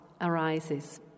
arises